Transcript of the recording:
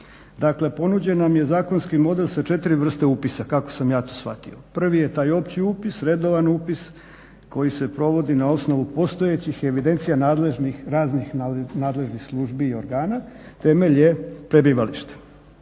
Dakle ponuđen nam je zakonski model sa 4 vrste upisa kako sam ja to shvatio. Prvi je taj opći upis, redovan upis koji se provodi na osnovu postojećih evidencija raznih nadležnih službi i organa, temelj je prebivalište.